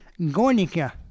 Gornica